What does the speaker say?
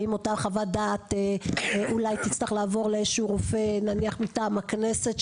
האם אותה חוות דעת אולי תצטרך לעבור לאיזה שהוא רופא נניח מטעם הכנסת,